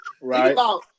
Right